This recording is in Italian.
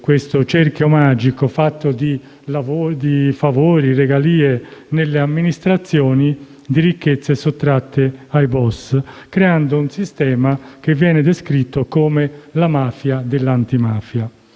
questo cerchio magico, fatto di favori e regalie nelle amministrazioni, di ricchezze sottratte ai *boss*, creando un sistema che viene descritto come la mafia dell'antimafia.